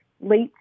late